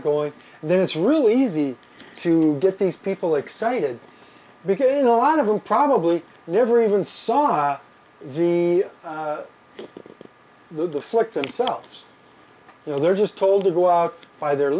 going there it's really easy to get these people excited because a lot of them probably never even saw the the deflect themselves you know they're just told to go out by their